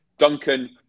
Duncan